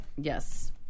Yes